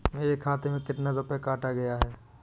मेरे खाते से कितना रुपया काटा गया है?